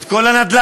את כל הנדל"ן.